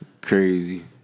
Crazy